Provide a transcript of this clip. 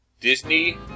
Disney